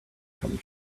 come